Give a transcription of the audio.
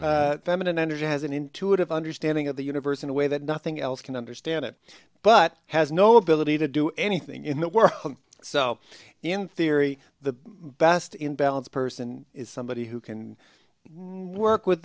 feminine energy has an intuitive understanding of the universe in a way that nothing else can understand it but has no ability to do anything in the world so in theory the best in balance person is somebody who can work with